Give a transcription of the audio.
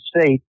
state